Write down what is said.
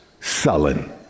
sullen